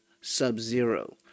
Sub-Zero